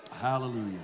hallelujah